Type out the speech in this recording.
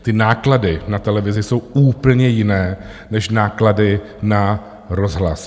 Ty náklady na televizi jsou úplně jiné než náklady na rozhlas.